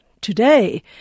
today